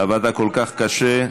עבדת כל כך קשה.